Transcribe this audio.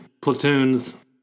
platoons